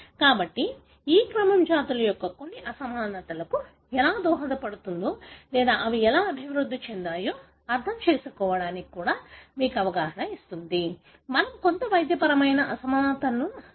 కాబట్టి ఈ క్రమం జాతుల యొక్క కొన్ని అసమానతలకు ఎలా దోహదపడుతుందో లేదా అవి ఎలా అభివృద్ధి చెందాయో అర్థం చేసుకోవడానికి కూడా మీకు అవగాహన ఇస్తుంది మనము కొంత వైద్యపరమైన అసమానతలను కూడా కలిగి ఉండవచ్చు